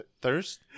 thirst